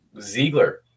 Ziegler